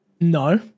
No